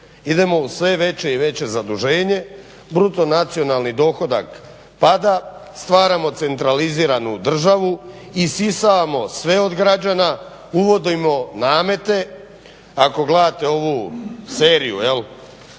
Idemo u sve veće i veće zaduženje, bruto nacionalni dohodak pada, stvaramo centraliziranu državu, isisavamo sve od građana, uvodimo namete. Ako gledate ovu seriju